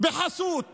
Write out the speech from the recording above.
בחסות